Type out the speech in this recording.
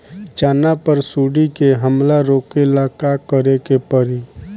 चना पर सुंडी के हमला रोके ला का करे के परी?